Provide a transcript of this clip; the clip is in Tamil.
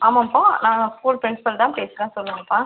ஆமாம்பா நான் ஸ்கூல் ப்ரின்ஸ்பல் தான் பேசுகிறேன் சொல்லுங்கப்பா